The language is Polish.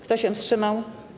Kto się wstrzymał?